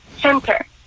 Center